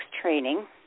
training